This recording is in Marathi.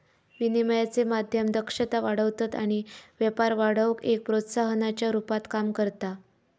विनिमयाचे माध्यम दक्षता वाढवतत आणि व्यापार वाढवुक एक प्रोत्साहनाच्या रुपात काम करता